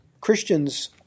Christians